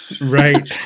Right